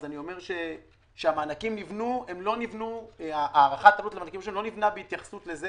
ואני אומר שהערכת העלות למענקים שלנו לא נבנתה בהתייחסות לזה